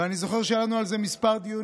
ואני זוכר שהיו לנו על זה כמה דיונים,